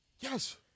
Yes